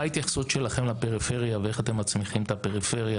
מה ההתייחסות שלכם לפריפריה ואיך אתם מצמיחים את הפריפריה,